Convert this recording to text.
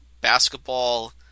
basketball